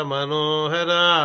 Manohara